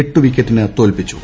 എട്ട് വിക്കറ്റിന് തോൽപ്പിച്ചു